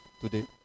today